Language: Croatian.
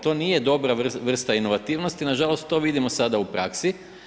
To nije dobra vrsta inovativnosti, nažalost to vidimo sada u praksi.